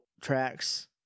tracks